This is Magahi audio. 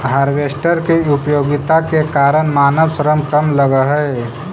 हार्वेस्टर के उपयोगिता के कारण मानव श्रम कम लगऽ हई